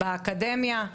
ובאקדמיה.